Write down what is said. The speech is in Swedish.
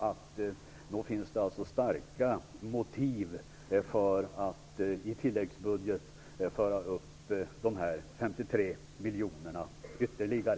Nog finns det starka motiv för att i tilläggsbudgeten föra upp dessa ytterligare 53 miljoner kronor.